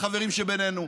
לחברים שבינינו.